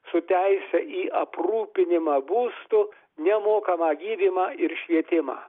su teise į aprūpinimą būstu nemokamą gydymą ir švietimą